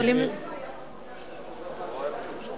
בחוזה הראשוני